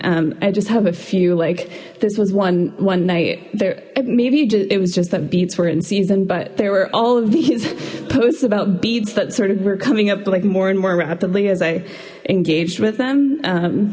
and i just have a few like this was one one night there maybe it was just that beats were in season but there were all of these posts about beads that sort of were coming up like more and more rapidly as i engaged with them